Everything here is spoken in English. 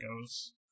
goes